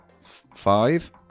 Five